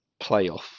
playoff